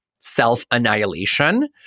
self-annihilation